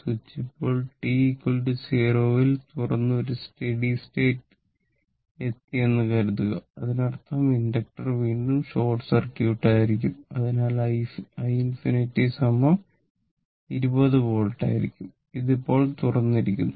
switch ഇപ്പോൾ t 0 ൽ തുറന്ന് ഒരു സ്റ്റെഡി സ്റ്റേറ്റ് എത്തി എന്ന് കരുതുക അതിനർത്ഥം ഇൻഡക്ടർ വീണ്ടും ഷോർട്ട് സർക്യൂട്ട് ആയിരിക്കും അതിനാൽ i 20 വോൾട്ട് ആയിരിക്കും ഇത് ഇപ്പോൾ തുറന്നിരിക്കുന്നു